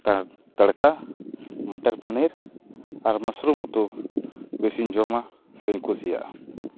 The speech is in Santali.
ᱛᱟᱲᱠᱟ ᱛᱟᱲᱠᱟ ᱢᱟᱴᱚᱨ ᱯᱚᱱᱤᱨ ᱟᱨ ᱢᱟᱥᱨᱩᱢ ᱩᱛᱩ ᱵᱮᱥᱤᱧ ᱡᱚᱢᱟ ᱥᱮᱧ ᱠᱩᱥᱤᱭᱟᱜᱼᱟ